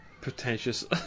Pretentious